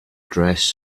dress